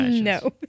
No